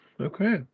okay